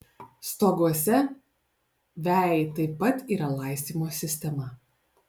stoguose vejai taip pat yra laistymo sistema